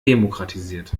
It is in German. demokratisiert